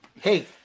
Hey